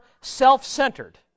self-centered